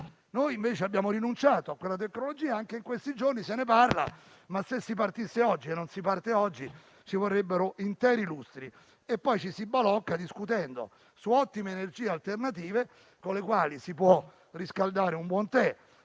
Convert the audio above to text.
che invece abbiamo rinunciato a quella tecnologia. Anche in questi giorni se ne parla, ma se si partisse oggi - e non si parte oggi - ci vorrebbero interi lustri. Ci si balocca discutendo su ottime energie alternative con le quali si può riscaldare un buon tè